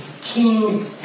King